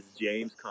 James